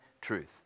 truth